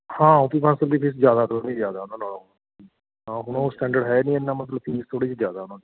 ਹਾਂ ਦੀ ਫੀਸ ਜ਼ਿਆਦਾ ਥੋੜ੍ਹੀ ਜਿਹੀ ਜ਼ਿਆਦਾ ਉਹਨਾਂ ਨਾਲੋਂ ਤਾਂ ਹੁਣ ਉਹ ਸਟੈਂਡਡ ਹੈ ਨਹੀਂ ਐਨਾ ਮਤਲਬ ਕਿ ਫੀਸ ਥੋੜ੍ਹੀ ਜਿਹੀ ਜ਼ਿਆਦਾ ਉਹਨਾਂ ਦੀ